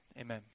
Amen